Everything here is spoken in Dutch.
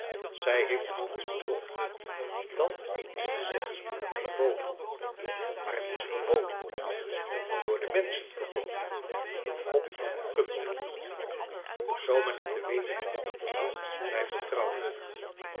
zij heeft het ons verzocht dat is te zeggen bevolen maar t is verboden door de menschen verboden door god geboden zoo men het te weten kwam wij vertrouwen u